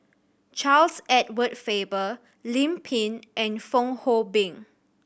Charles Edward Faber Lim Pin and Fong Hoe Beng